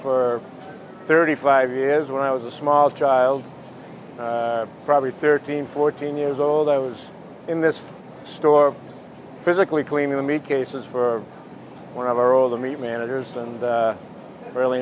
for thirty five years when i was a small child probably thirteen fourteen years old i was in this store physically cleaning the meat cases for one of our all the meat managers and really